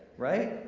right?